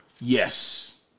Yes